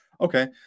okay